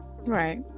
right